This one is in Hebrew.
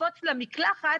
לקפוץ למקלחת